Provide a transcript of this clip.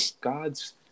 god's